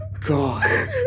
God